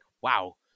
wow